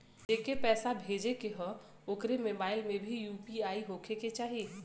जेके पैसा भेजे के ह ओकरे मोबाइल मे भी यू.पी.आई होखे के चाही?